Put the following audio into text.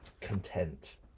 content